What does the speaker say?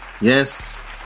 yes